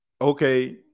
okay